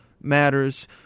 matters